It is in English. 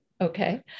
okay